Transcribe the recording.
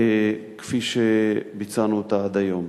כפי שביצענו אותה עד היום.